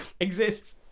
exist